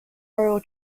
royal